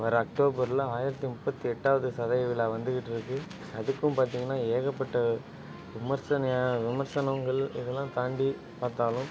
வர அக்டோபரில் ஆயிரத்து முப்பத்து எட்டாவது சதய விழா வந்துகிட்ருக்கு அதுக்கும் பார்த்தீங்கனா ஏகப்பட்ட விமர்சனையாக விமர்சனங்கள் இதெல்லாம் தாண்டி பார்த்தாலும்